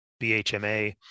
BHMA